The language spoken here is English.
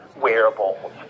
wearables